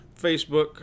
facebook